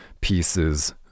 pieces